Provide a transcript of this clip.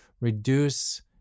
reduce